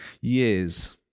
years